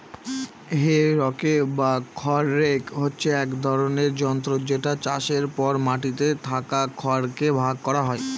হে rake বা খড় rake হচ্ছে এক ধরনের যন্ত্র যেটা চাষের পর মাটিতে থাকা খড় কে ভাগ করা হয়